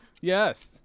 Yes